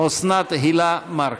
אוסנת הילה מארק.